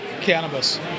cannabis